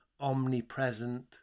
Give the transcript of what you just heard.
omnipresent